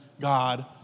God